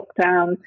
lockdown